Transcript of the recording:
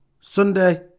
Sunday